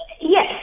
Yes